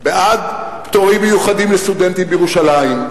בעד פטורים מיוחדים לסטודנטים בירושלים,